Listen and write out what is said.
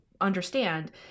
understand